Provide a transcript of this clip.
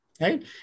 right